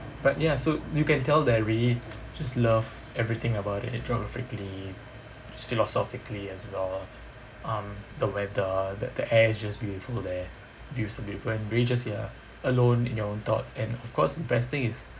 but ya so you can tell that really just love everything about it geographically philosophically as well um the weather the the air is just beautiful there view is different when really just ya alone in your own thoughts and of course the best thing is